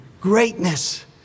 Greatness